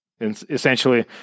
essentially